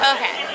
Okay